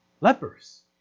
lepers